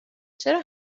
چرا